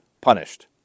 punished